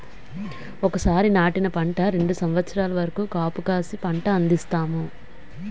ఒకసారి నాటిన పంట రెండు సంవత్సరాల వరకు కాపుకాసి పంట అందిస్తాయి